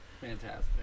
Fantastic